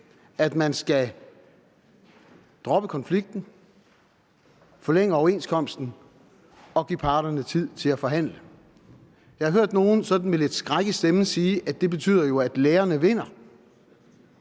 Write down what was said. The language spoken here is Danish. at man skal droppe konflikten, forlænge overenskomsten og give parterne tid til at forhandle. Jeg har hørt nogle sådan med lidt skræk i stemmen sige, at det betyder, at lærerne vinder,